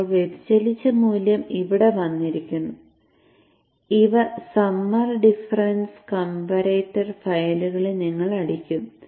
ഇപ്പോൾ വ്യതിചലിച്ച മൂല്യം ഇവിടെ വന്നിരിക്കുന്നു ഇവ സമ്മർ ഡിഫറൻസ് കംപറേറ്റർ ഫയലുകളിൽ നിങ്ങൾ അടിക്കും